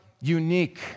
unique